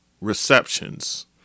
receptions